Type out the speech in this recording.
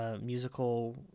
musical